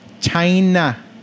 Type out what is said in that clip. China